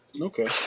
Okay